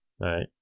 Right